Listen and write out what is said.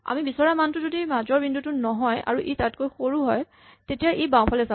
আমি বিচৰা মানটো যদি মাজৰ বিন্দুটো নহয় আৰু ই তাতকৈ সৰু হয় তেতিয়া ই বাঁওফালে চাব